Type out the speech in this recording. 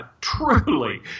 truly